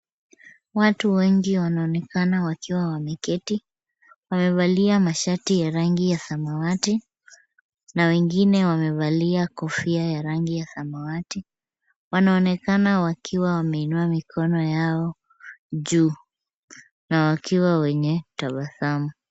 Watu wengi wanaonekana wakiwa wameketi, wamevalia mashati ya rangi ya samawati na wengine wamevalia kofia ya rangi ya samawati. Wanaonekana wakiwa wameinua mikono yao juu na wakiwa wenye tabasamu.